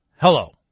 Hello